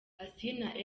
asinah